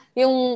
yung